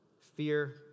Fear